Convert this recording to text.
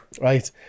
Right